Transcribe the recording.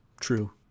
True